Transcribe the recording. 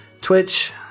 twitch